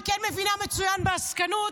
היא כן מבינה מצוין בעסקנות.